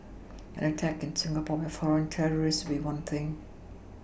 an attack in Singapore by foreign terrorists would be one thing